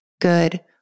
good